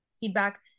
feedback